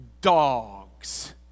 dogs